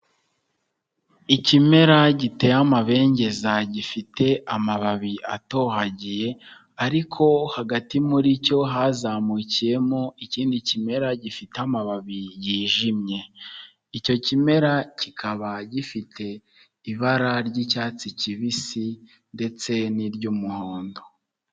Ikimera giteye amabengeza gifite amababi atohagiye ariko hagati muri cyo hazamukiyemo ikindi kimera gifite amababi yijimye, icyo kimera kikaba gifite ibara ry'icyatsi kibisi ndetse n'iry'umuhondo.